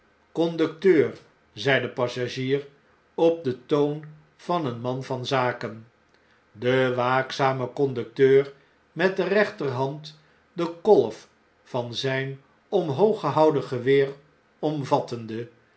conducteur zei de passagier op den toon van een man van zaken de waakzame conducteur met de rechternand de kolf van zijn omhoog gehouden geweer omvat